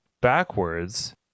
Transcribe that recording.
backwards